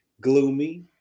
Gloomy